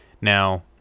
now